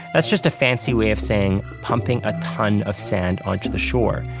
that's just a fancy way of saying pumping a ton of sand onto the shore.